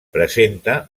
presenta